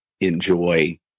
enjoy